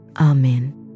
Amen